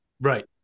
right